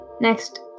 Next